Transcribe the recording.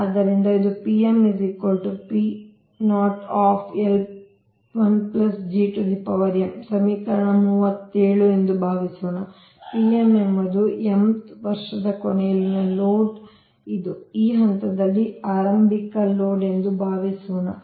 ಆದ್ದರಿಂದ ಇದು ಸಮೀಕರಣ 37 ಎಂದು ಭಾವಿಸೋಣ ಎಂಬುದು ವರ್ಷದ ಕೊನೆಯಲ್ಲಿನ ಲೋಡ್ ಇಂದು ಈ ಹಂತದಲ್ಲಿ ಆರಂಭಿಕ ಲೋಡ್ ಎಂದು ಭಾವಿಸೋಣ